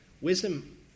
Wisdom